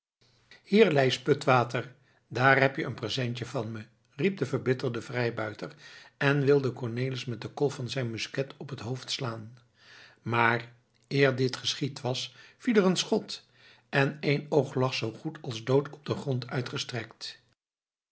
hier lijs putwater daar heb-je een presentje van me riep de verbitterde vrijbuiter en wilde cornelis met de kolf van zijn musket op het hoofd slaan maar eer dit geschied was viel er een schot en eenoog lag zoo goed als dood op den grond uitgestrekt